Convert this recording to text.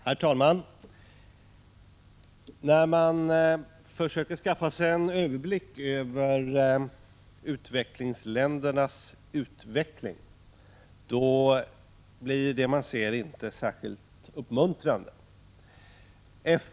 Herr talman! När man försöker skaffa sig en överblick över utvecklingen i utvecklingsländerna, är det man ser inte särskilt uppmuntrande.